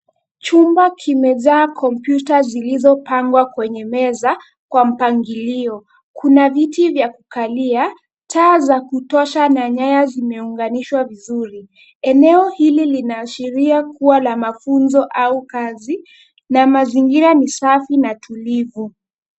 Chumba kimejaa computer zilizopangwa kwenye meza, kwa mpangilio: kuna viti vya kukalia, taa za kutosha, na nyaya zimeunganishwa vizuri. Eneo hili linaashiria kuwa la mafunzo au kazi, na mazingira ni safi na tulivu.